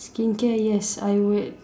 skincare yes I would